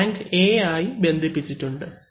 tank A ആയി ബന്ധിപ്പിച്ചിട്ടുണ്ട്